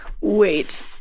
Wait